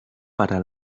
para